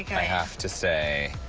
yeah i have to say.